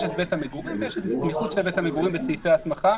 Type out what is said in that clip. יש את בית המגורים ויש מחוץ לבית המגורים בסעיפי ההסמכה,